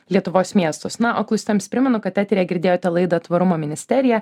lietuvos miestus na o klausytojams primenu kad eteryje girdėjote laidą tvarumo ministerija